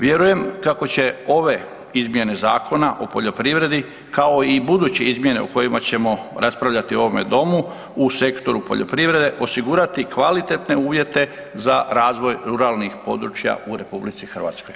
Vjerujem kako će ove izmjene Zakona o poljoprivredi kao i buduće izmjene o kojima ćemo raspravljati u ovome domu u sektoru poljoprivrede osigurati kvalitete uvjete za razvoj ruralnih područja u RH.